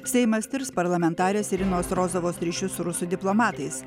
seimas tirs parlamentarės irinos rozovos ryšius su rusų diplomatais